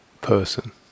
person